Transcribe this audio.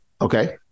Okay